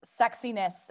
sexiness